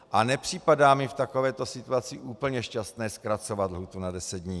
A nepřipadá mi v takovéto situaci úplně šťastné zkracovat lhůtu na deset dnů.